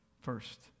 First